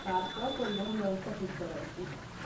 তারপর পরিবহন ব্যবস্থা ঠিক করা উচিত